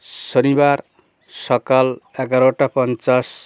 শনিবার সকাল এগারোটা পঞ্চাশ